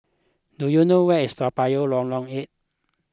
do you know where is Toa Payoh Lorong eight